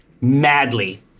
madly